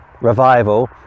revival